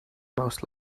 most